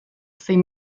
zein